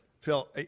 Phil